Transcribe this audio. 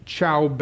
Ciao